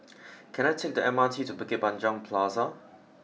can I take the M R T to Bukit Panjang Plaza